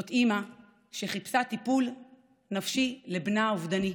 זאת אימא שחיפשה טיפול נפשי לבנה האובדני.